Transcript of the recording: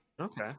Okay